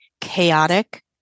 chaotic